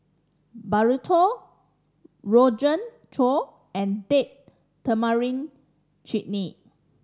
Burrito Rogan and Date Tamarind Chutney